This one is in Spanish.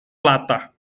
plata